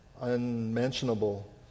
unmentionable